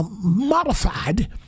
modified